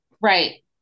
Right